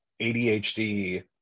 ADHD